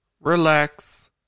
relax